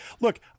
look